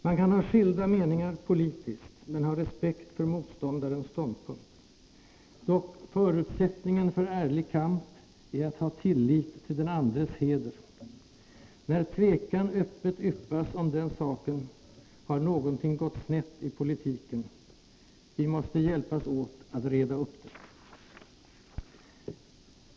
Man kan ha skilda meningar, politiskt, men ha respekt för motståndarens ståndpunkt. Dock, förutsättningen för ärlig kamp är att ha tillit till den andres heder. När tvekan öppet yppas om den saken har någonting gått snett i politiken. Vi måste hjälpas åt att reda upp det.